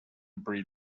breed